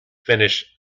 finish